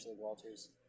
Walter's